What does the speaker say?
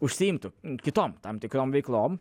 užsiimtų kitom tam tikrom veiklom